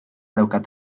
daukat